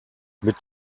mit